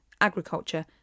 agriculture